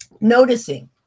noticing